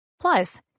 Plus